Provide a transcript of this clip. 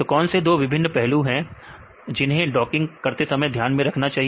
कौन से दो विभिन्न पहलू हैं जिन्हें डॉकिंग के समय ध्यान देना चाहिए